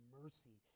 mercy